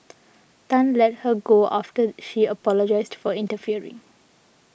Tan let her go after she apologised for interfering